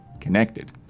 connected